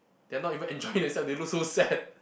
they are not even enjoying themselves they look so sad